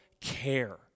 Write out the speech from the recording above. care